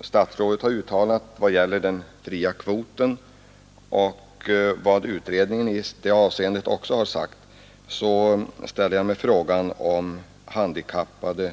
statsrådet har uttalat beträffande den fria kvoten och vad utredningen i det avseendet har sagt ställer jag mig frågande till om handikappade